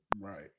Right